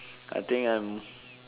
I think I'm